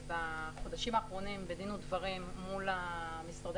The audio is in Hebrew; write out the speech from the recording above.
בחודשים האחרונים בדין ודברים מול משרדי